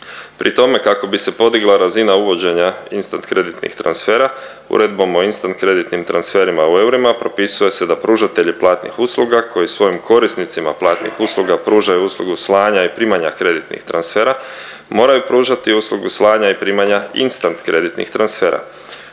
Pri tome kako bi se podigla razina uvođenja instant kreditnih transfera, Uredbom o instant kreditnim transferima u eurima propisuje se da pružatelji platnih usluga koji svojim korisnicima platnih usluga pružaju uslugu slanja i primanja kreditnih transfera, moraju pružati uslugu slanja i primanja instant kreditnih transfera.